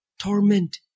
torment